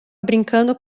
brincando